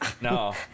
No